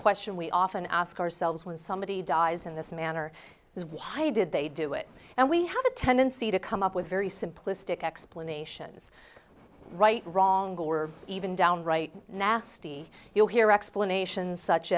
question we often ask ourselves when somebody dies in this manner is why did they do it and we have a tendency to come up with very simplistic explanations right wrong or even downright nasty you hear explanations such